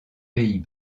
pays